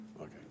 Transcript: Okay